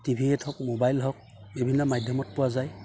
টিভিত হওক মোবাইল হওক বিভিন্ন মাধ্যমত পোৱা যায়